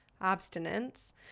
abstinence